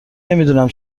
نمیدونم